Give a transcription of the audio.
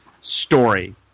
story